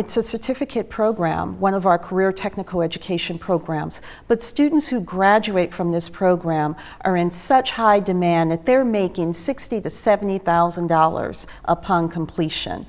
it's a certificate program one of our career technical education programs but students who graduate from this program are in such high demand that they're making sixty to seventy thousand dollars upon completion